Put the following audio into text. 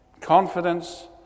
confidence